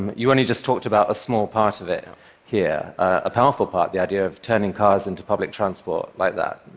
you only just talked about a small part of it here a powerful part the idea of turning cars into public transport like that,